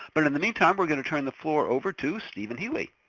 but in the meantime we're gonna turn the floor over to steven healy.